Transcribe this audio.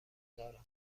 دارم